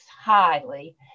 highly